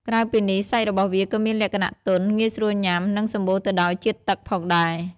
ក្រៅពីនេះ សាច់របស់វាក៏មានលក្ខណៈទន់ ងាយស្រួលញ៉ាំ និងសម្បូរទៅដោយជាតិទឹក ផងដែរ។